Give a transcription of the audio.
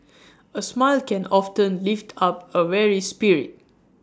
A smile can often lift up A weary spirit